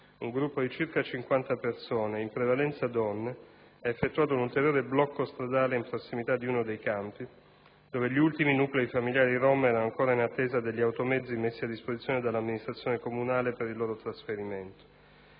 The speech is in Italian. un gruppo di circa 50 persone, composto prevalentemente da donne, ha effettuato un ulteriore blocco stradale in prossimità di uno dei campi, dove gli ultimi nuclei familiari rom erano ancora in attesa degli automezzi messi a disposizione dall'amministrazione comunale per il loro trasferimento.